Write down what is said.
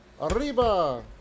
Arriba